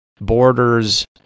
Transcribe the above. borders